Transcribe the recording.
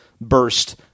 burst